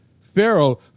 Pharaoh